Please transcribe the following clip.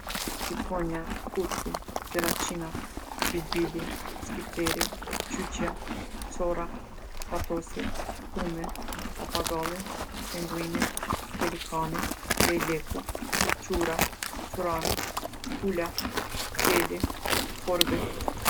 Shqiponja, huti, gjeraqina, bilbili, skifteri, qyqja, sorra, fatosi, pllumi, papagalli, pinguini, pelikani, lejleku, qurra, qurrani, pula, gjeli, korbi.